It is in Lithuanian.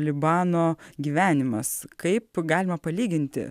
libano gyvenimas kaip galima palyginti